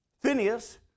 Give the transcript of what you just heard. Phineas